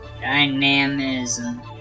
dynamism